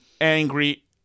angry